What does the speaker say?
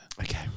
Okay